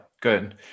Good